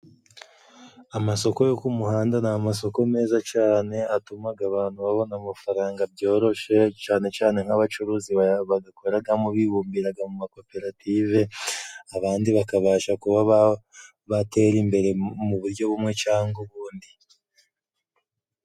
Amasoko yo ku muhanda ni amasoko meza cane, atumaga abantu babona amafaranga byororoshe, cane cane nk'abacuruzi bagakoragamo bibumbiraga mu makoperative, abandi bakabasha kuba batera imbere mu buryo bumwe cangwa ubundi.